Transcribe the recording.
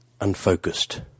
unfocused